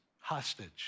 hostage